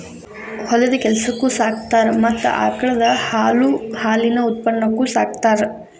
ಹೊಲದ ಕೆಲಸಕ್ಕು ಸಾಕತಾರ ಮತ್ತ ಆಕಳದ ಹಾಲು ಹಾಲಿನ ಉತ್ಪನ್ನಕ್ಕು ಸಾಕತಾರ